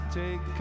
take